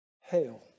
Hell